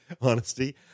honesty